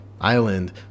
island